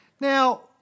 Now